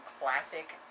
Classic